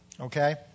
okay